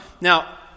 Now